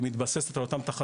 היא מתבססת על אותן תחזיות.